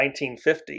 1950